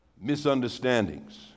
Misunderstandings